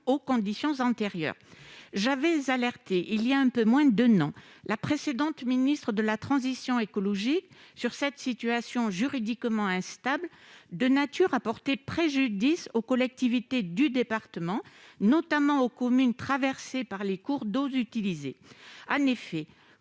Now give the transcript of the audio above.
aux conditions antérieures. Il y a un peu moins d'un an, j'avais alerté la précédente ministre de la transition écologique sur cette situation juridiquement instable de nature à porter préjudice aux collectivités du département, notamment aux communes traversées par les cours d'eau utilisés. En effet,